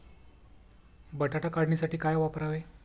बटाटा काढणीसाठी काय वापरावे?